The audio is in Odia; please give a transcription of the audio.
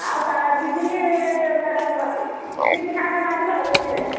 ଆଉ ତ ଦୁଇ ଦିନ ଦୁଇ ଦିନ ଆଉ ଲାଗିବ ହଁ ବେଶି ନାହିଁ